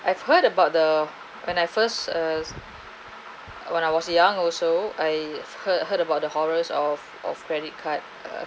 I've heard about the when I first as when I was young also I've heard heard about the horrors of of credit card uh